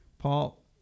Paul